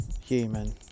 human